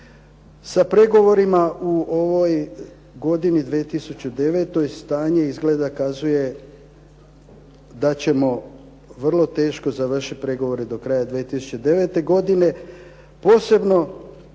Sa pregovorima u ovoj godini 2009. stanje izgleda kazuje da ćemo vrlo teško završiti pregovore do kraja 2009. godine, posebno